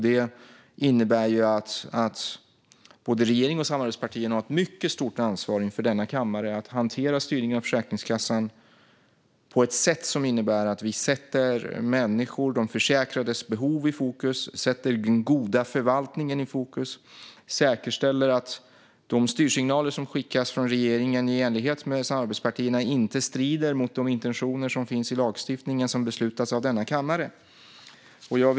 Det innebär att både regeringen och samarbetspartierna har ett mycket stort ansvar inför kammaren att hantera styrningen av Försäkringskassan så att de försäkrades behov och den goda förvaltningen sätts i fokus och att de styrsignaler som skickas från regeringen och samarbetspartierna inte strider mot de intentioner som finns i den lagstiftning som beslutats av kammaren.